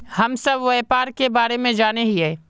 हम सब व्यापार के बारे जाने हिये?